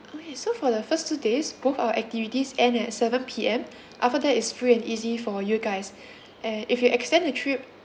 okay so for the first two days both our activities end at seven P_M after that is free and easy for you guys and if you extend the trip